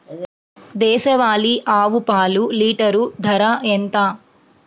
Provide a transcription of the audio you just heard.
దేశవాలీ ఆవు పాలు లీటరు ధర ఎంత?